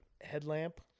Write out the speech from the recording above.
headlamp